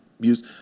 use